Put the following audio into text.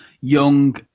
young